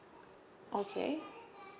okay